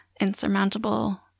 insurmountable